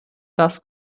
das